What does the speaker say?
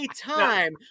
time